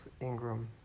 Ingram